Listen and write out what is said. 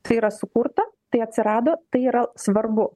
tai yra sukurta tai atsirado tai yra svarbu